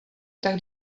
tak